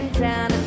down